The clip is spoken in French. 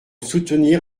soutenir